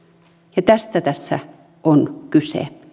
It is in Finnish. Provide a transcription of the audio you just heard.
ja tästä tässä on kyse